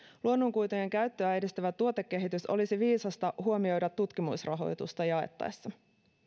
luonnonkuitujen käyttöä edistävä tuotekehitys olisi viisasta huomioida tutkimusrahoitusta jaettaessa